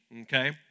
okay